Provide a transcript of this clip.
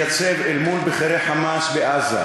אם הייתה ניתנת לי הפריבילגיה להתייצב אל מול בכירי "חמאס" בעזה,